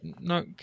No